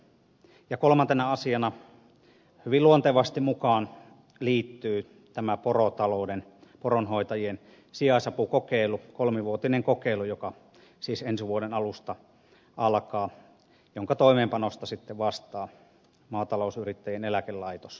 kolmantena asiana hyvin luontevasti mukaan liittyy poronhoitajien sijaisapukokeilu kolmivuotinen kokeilu joka siis ensi vuoden alusta alkaa ja jonka toimeenpanosta sitten vastaa maatalousyrittäjien eläkelaitos mela